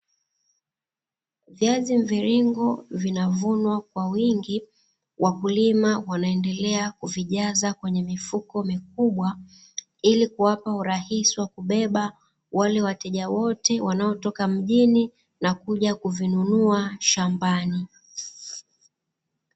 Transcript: Viazi mviringo vinavunwa kwa wingi wakulima wanaendelea kuvijaza kwenye mifuko mikubwa, ili kuwapa urahisi wa kubeba wale wateja wote wanaotoka mjini na kuja kuvinunua shambani.